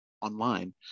online